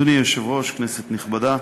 אדוני היושב-ראש, כנסת נכבדה,